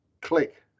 click